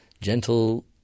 gentle